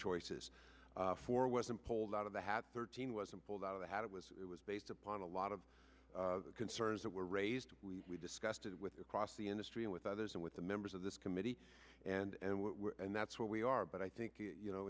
choices for wasn't pulled out of the hat thirteen wasn't pulled out of the hat it was it was based upon a lot of the concerns that were raised we discussed it with across the industry and with others and with the members of this committee and what and that's what we are but i think you know